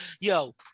yo